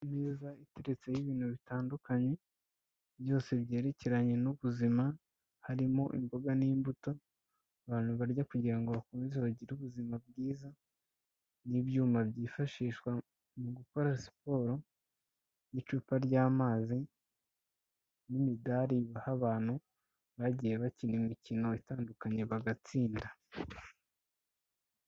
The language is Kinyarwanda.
Imeza iteretseho ibintu bitandukanye byose byerekeranye n'ubuzima, harimo imboga n'imbuto abantu barya kugira ngo bakomeze bagire ubuzima bwiza n'ibyuma byifashishwa mu gukora siporo n'icupa ry'amazi n'imidari baha abantu bagiye bakina imikino itandukanye bagatsinda.